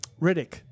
Riddick